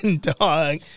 dog